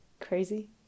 crazy